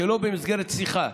שלא במסגרת שיחה,